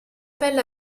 pelle